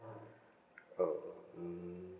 oh mm